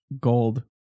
gold